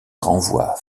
renvoie